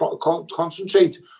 concentrate